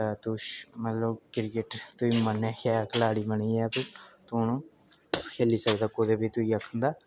ते तुस मतलब क्रिकेट तुगी मतलब शैल खलाड़ी बनी गेआ तू हून खेह्ली सकदा कुतै बी तुगी आखन तां